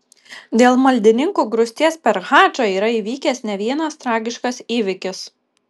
dėl maldininkų grūsties per hadžą yra įvykęs ne vienas tragiškas įvykis